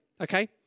okay